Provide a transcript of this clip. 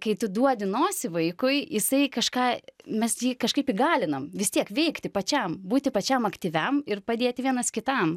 kai tu duodi nosį vaikui jisai kažką mes jį kažkaip įgalinam vis tiek veikti pačiam būti pačiam aktyviam ir padėti vienas kitam